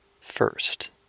first